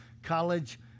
College